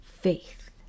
faith